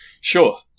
Sure